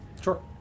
Sure